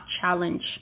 challenge